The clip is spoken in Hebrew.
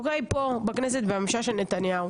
בממשלה של נתניהו.